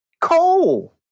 Coal